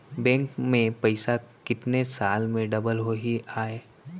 Bank में पइसा कितने साल में डबल होही आय?